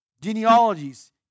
genealogies